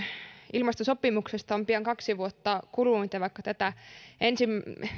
ilmastosopimuksesta on pian kaksi vuotta kulunut ja vaikkapa tätä